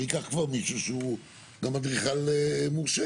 אני אקח כבר מישהו שהוא גם אדריכל מורשה.